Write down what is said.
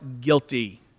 guilty